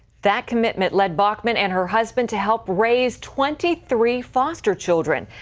that commitment led bachmann and her husband to help raise twenty three foster children.